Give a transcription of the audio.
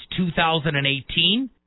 2018